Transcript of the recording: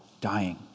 dying